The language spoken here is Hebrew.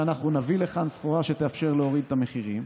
שאנחנו נביא לכאן בשורה שתאפשר להוריד את המחירים,